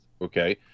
okay